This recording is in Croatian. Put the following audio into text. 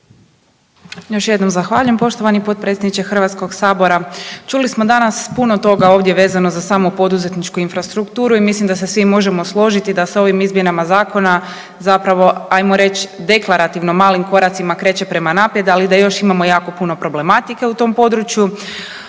Još jednom zahvaljujem poštovani potpredsjedniče HS-a. Čuli smo danas puno toga ovdje vezano za samu poduzetničku infrastrukturu i mislim da se svi možemo složiti da sa ovim izmjenama zakona zapravo, ajmo reć deklarativno malim koracima kreće prema naprijed, ali da još imamo jako puno problematike u tom području.